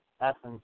essence